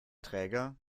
träger